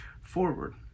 forward